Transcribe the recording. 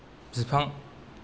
बिफां